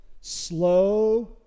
slow